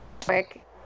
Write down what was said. Quick